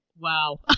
Wow